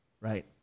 Right